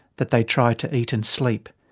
that they try to eat and sleep,